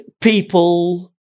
people